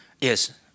Yes